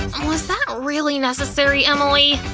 was that really necessary, emily!